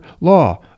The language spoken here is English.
Law